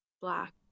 black